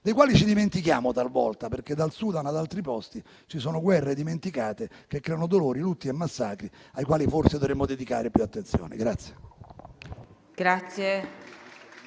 dei quali ci dimentichiamo, talvolta, perché dal Sudan ad altri posti ci sono guerre dimenticate che creano dolori, lutti e massacri ai quali forse dovremmo dedicare più attenzione.